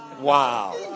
Wow